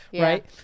right